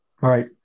Right